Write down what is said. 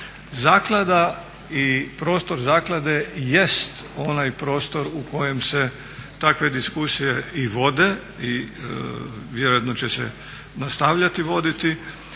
Zaklada i prostor zaklade jest onaj prostor u kojem se takve diskusije i vode i vjerojatno će se nastavljati voditi